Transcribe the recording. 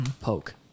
poke